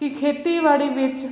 ਕਿ ਖੇਤੀਬਾੜੀ ਵਿੱਚ